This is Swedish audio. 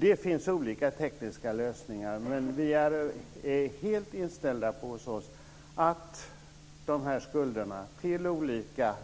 Det finns olika tekniska lösningar, men vi är hos oss helt inställda på att vi år 2004 ska ta vår del av dessa skulder till olika